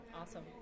Awesome